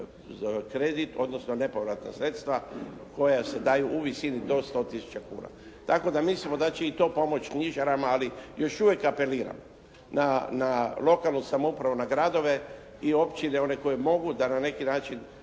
kredit odnosno nepovratna sredstva koja se daju u visini do 100 tisuća kuna. Tako da mislimo da će i to pomoći knjižarama ali još uvijek apeliram na lokalnu samoupravu, na gradove i općine, one koje mogu da na neki način